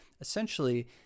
essentially